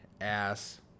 ass